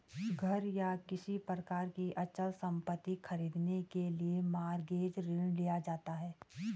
घर या किसी प्रकार की अचल संपत्ति खरीदने के लिए मॉरगेज ऋण लिया जाता है